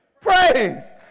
praise